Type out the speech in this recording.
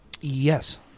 Yes